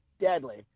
deadly